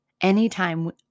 anytime